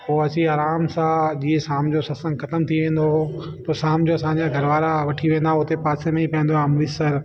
पोइ असीं आराम सां जीअं शाम जो सत्संग ख़त्मु थी वेंदो हो पोइ शाम जो असां जा घर वारा वठी वेंदा हुआ पासे में ई पवंदो आहे अमृतसर